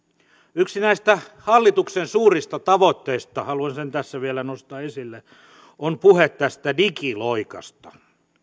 yksi näistä hallituksen suurista tavoitteista haluan sen tässä vielä nostaa esille on puhe tästä digiloikasta